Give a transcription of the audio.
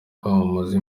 kwamamaza